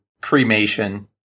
cremation